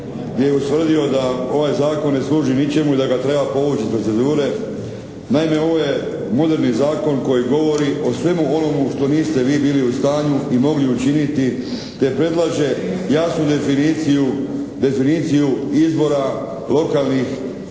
gdje je ustvrdio da ovaj zakon ne služi ničemu i da ga treba povući iz procedure. Naime, ovo je moderni zakon koji govori o svemu onome što niste vi bili u stanju i mogli učiniti te predlaže jasnu definiciju izbora lokalnih